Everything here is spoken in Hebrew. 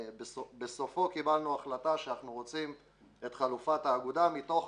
בסופו קיבלנו החלטה שאנחנו רוצים את חלופת האגודה מתוך